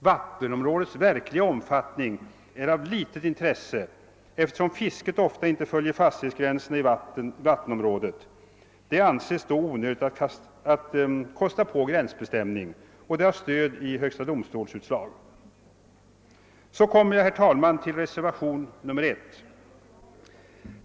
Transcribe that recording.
Vattenområdets verkliga omfattning är av litet intresse, eftersom fisket ofta inte följer fastighetsgränserna i vattenområdet. Det anses då onödigt att kosta på gränsbestämning, och det har stöd i högstadomstolsutslag. Så kommer jag, herr talman, till reservation I.